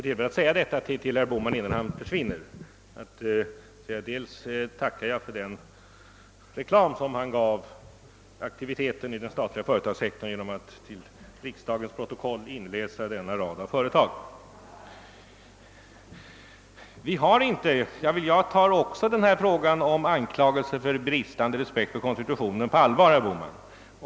Inan herr Bohman försvinner vill jag emellertid tacka honom för den reklam som han här gav aktiviteten i den statliga företagssektorn genom att till kammarens protokoll inläsa denna långa rad av företag. Anklagelser för bristande respekt för konstitutionen tar jag verkligen på allvar, herr Bohman.